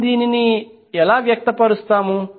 మనము దానిని ఎలా వ్యక్తపరుస్తాము